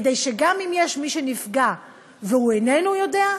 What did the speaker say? כדי שגם אם יש מי שנפגע והוא איננו יודע,